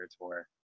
tour